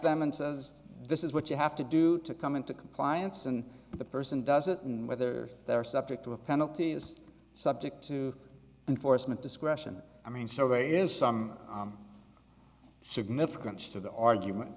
them and says this is what you have to do to come into compliance and the person doesn't whether they're subject to a penalty is subject to enforcement discretion i mean survey is some significance to the argument